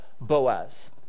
Boaz